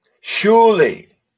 Surely